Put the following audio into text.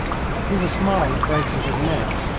he will smile at breaking his neck,